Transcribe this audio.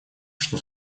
что